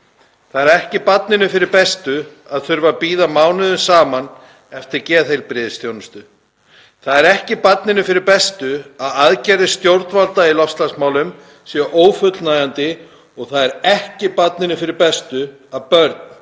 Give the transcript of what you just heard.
Það eru ekki barninu fyrir bestu að þurfa að bíða mánuðum saman eftir geðheilbrigðisþjónustu. Það er ekki barninu fyrir bestu að aðgerðir stjórnvalda í loftslagsmálum séu ófullnægjandi og það er ekki barninu fyrir bestu að börn